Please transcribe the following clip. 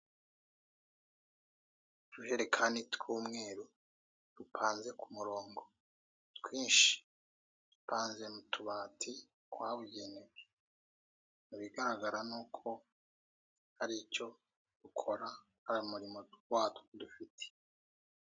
Utujerekani tw'umweru dupanze ku murongo twinshi dupanze mu tubati twabugenewe mu bigaragara ni uko hari icyo dukora hari umurimo watwo dufite.